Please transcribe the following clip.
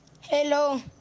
Hello